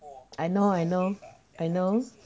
I know I know I know